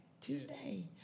Tuesday